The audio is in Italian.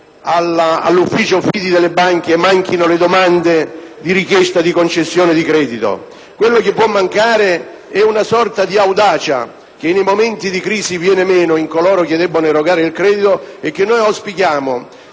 all'ufficio fidi delle banche non manchino le domande di richiesta di concessione di credito. Può mancare, piuttosto, una sorta di audacia che nei momenti di crisi viene meno in coloro che debbono erogare il credito e che noi auspichiamo